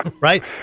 right